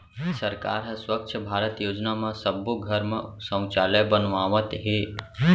सरकार ह स्वच्छ भारत योजना म सब्बो घर म सउचालय बनवावत हे